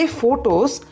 photos